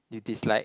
you dislike